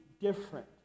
different